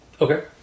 Okay